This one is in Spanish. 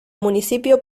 municipio